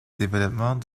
développement